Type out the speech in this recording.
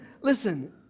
listen